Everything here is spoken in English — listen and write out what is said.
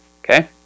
okay